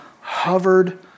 hovered